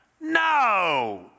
No